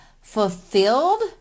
fulfilled